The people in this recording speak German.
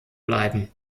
bleiben